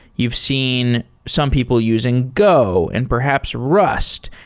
you've seen some people using go and perhaps rust.